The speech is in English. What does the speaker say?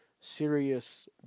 serious